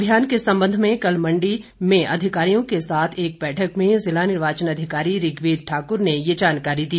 अभियान के संबंध में कल मंडी अधिकारियों के साथ एक बैठक में जिला निर्वाचन अधिकारी ऋग्वेद ठाकुर ने ये जानकारी दी